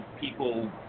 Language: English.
people